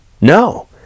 No